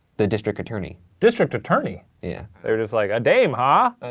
the district attorney. district attorney? yeah. they were just like, a dame, huh?